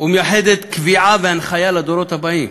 ומייחדת קביעה והנחיה לדורות הבאים,